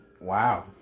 Wow